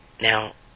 Now